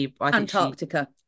Antarctica